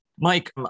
Mike